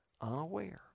Unaware